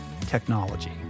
technology